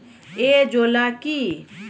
Azolla কি?